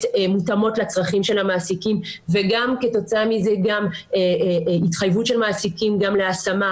מותאמות לצרכים של המעסיקים וגם כתוצאה מזה התחייבות של מעסיקים להשמה,